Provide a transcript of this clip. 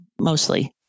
mostly